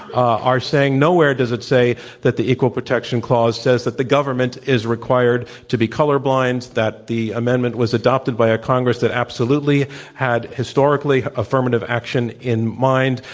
saying nowhere does it say that the equal protection clause says that the government is required to be colorblind, that the amendment was adopted by a congress that absolutely had historically affirmative action in mind,